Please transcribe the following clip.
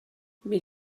mais